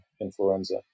influenza